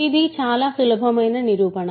ఇది చాలా సులభమైన నిరూపణ